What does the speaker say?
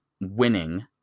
winning